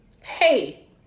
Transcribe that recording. Hey